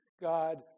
God